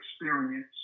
experience